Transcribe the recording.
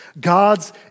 God's